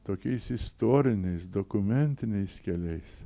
tokiais istoriniais dokumentiniais keliais